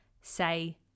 say